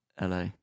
LA